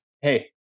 Hey